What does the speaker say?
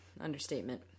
Understatement